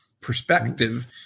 perspective